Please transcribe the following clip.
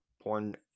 porn